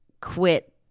quit